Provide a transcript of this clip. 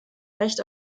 recht